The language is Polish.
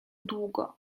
długo